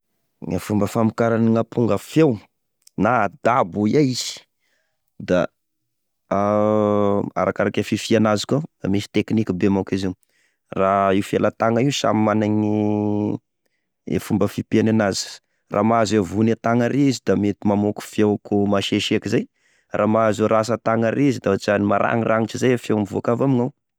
E fomba famokarany gnamponga feo na adabo ho iay, da arakaraka fifia anazy koa, misy tekinika be mako izy io, raha io felatagna io samy mana gne, e fomba fipeny anazy raha mahazo e vohy tagna ary izy, mety mamôky feo akô maseseky zay, raha mahazo e ratsatana ary da ôtrany maragniranitry zay e feo mivoaka avy amignao.